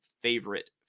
favorite